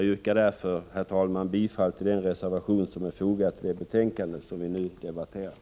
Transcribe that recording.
Herr talman! Jag yrkar bifall till den reservation som är fogad vid det betänkande som vi nu har debatterat.